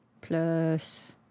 plus